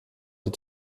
die